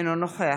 אינו נוכח